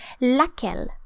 laquelle